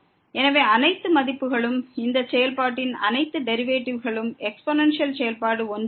எனவே அனைத்து மதிப்புகளுக்கும் இந்த செயல்பாட்டின் அனைத்து டெரிவேட்டிவ்களும் எக்ஸ்பொனன்சியல் செயல்பாடு 1 ஆகும்